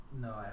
No